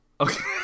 Okay